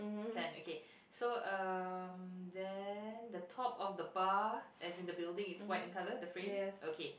can okay so um then the top of the bar as in the building is what in color the frame okay